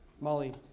Molly